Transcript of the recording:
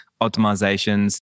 optimizations